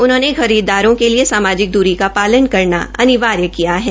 उन्होंने खरीददारों के लिए सामाजिक दूरी का पालन अनिवार्य किया है